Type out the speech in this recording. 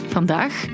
Vandaag